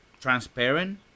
transparent